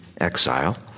exile